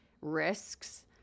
risks